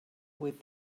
with